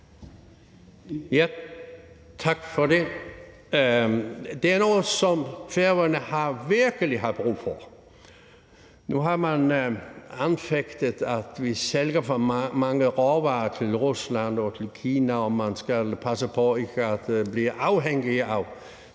Tak for det. Det er noget, som Færøerne virkelig har brug for. Nu har man anfægtet, at vi sælger for mange råvarer til Rusland og til Kina, og at man skal passe på ikke at blive for afhængige af